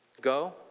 go